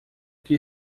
que